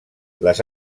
les